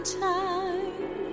time